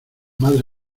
madre